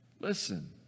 Listen